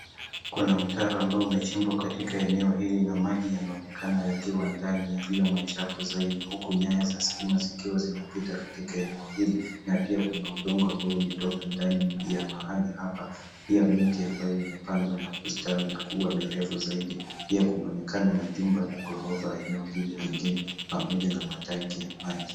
Kuna mtaro ambao umechimbwa katika eneo hili na maji yanaonekana yakiwa ndani yaliyo machafu zaidi huku nyaya za stima zikiwa zinapita katika eneo hili, na pia kuna udongo ambao ulitoka ndani ya mahali hapa. Pia miti ambayo imepandwa na kustawi na kuwa mirefu zaidi. Pia kunaonekana na jumba la ghorofa eneo lile lingine pamoja na matanki ya maji.